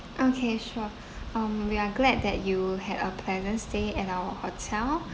okay sure um we are glad that you had a pleasant stay in our hotel